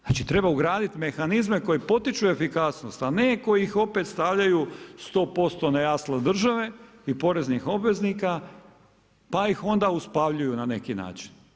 Znači treba ugraditi mehanizme koje potiču efikasnost, a ne koji ih opet stavljaju 100% na jasla države i poreznih obveznika pa ih onda uspavljuju na neki način.